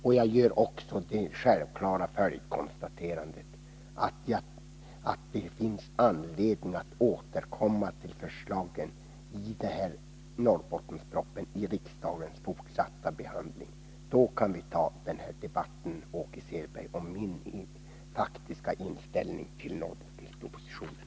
Och jag gör också det självklara följdkonstaterandet att det finns anledning att återkomma till förslagen i Norrbottenspropositionen vid den fortsatta behandlingen i riksdagen. Då kan vi ta upp en debatt om min faktiska inställning till Norrbottenspropositionen.